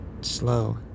slow